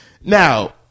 Now